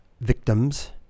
victims